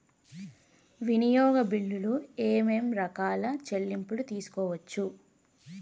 వినియోగ బిల్లులు ఏమేం రకాల చెల్లింపులు తీసుకోవచ్చు?